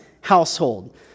household